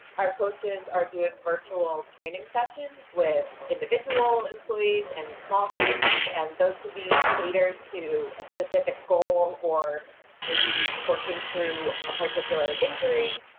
our coaches are doing virtual training sessions with individual employees and small groups, and those can be catered to a specific goal, or maybe working through a particular injury,